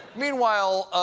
meanwhile,